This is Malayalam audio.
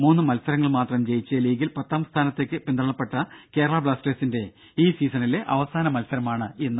മൂന്ന് മത്സരങ്ങൾ മാത്രം ജയിച്ച് ലീഗിൽ പത്താം സ്ഥാനത്തേക്ക് പിന്തള്ളപ്പെട്ട കേരള ബ്ലാസ്റ്റേഴ്സിന്റെ ഈ സീസണിലെ അവസാന മത്സരമാണിന്ന്